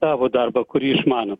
savo darbą kurį išmano